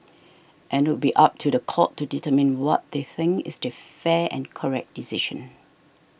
and it would be up to the court to determine what they think is the fair and correct decision